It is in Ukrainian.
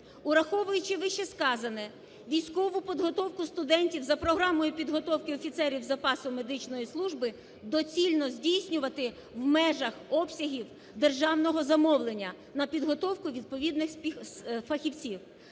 Ураховуючи вищесказане, військову підготовку студентів за програмою підготовки офіцерів запасу медичної служби доцільно здійснювати в межах обсягів державного замовлення на підготовку відповідних фахівців.